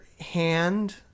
hand